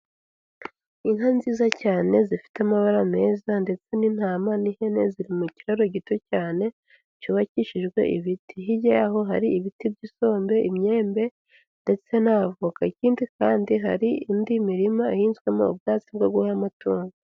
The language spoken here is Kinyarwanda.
Inka nziza cyane zifite amabara meza ndetse n'intama n'ihene ziri mu kiraro gito cyane cyubakishijwe ibiti. Hirya yaho hari ibiti by'isombe, imyembe ndetse n'avoka. Ikindi kandi hari indi mirima ihinzwemo ubwatsi bwo guha amatungo.